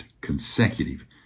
consecutive